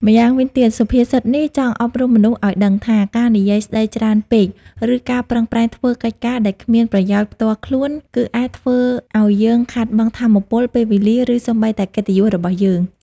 ម្យ៉ាងវិញទៀតសុភាសិតនេះចង់អប់រំមនុស្សឱ្យដឹងថា ការនិយាយស្ដីច្រើនពេក ឬការប្រឹងប្រែងធ្វើកិច្ចការដែលគ្មានប្រយោជន៍ផ្ទាល់ខ្លួន គឺអាចធ្វើឲ្យយើងខាតបង់ថាមពល ពេលវេលា ឬសូម្បីតែកិត្តិយសរបស់យើង។